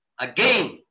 Again